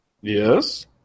Yes